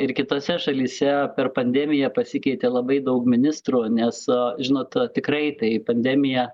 ir kitose šalyse per pandemiją pasikeitė labai daug ministrų nes žinot tikrai tai pandemiją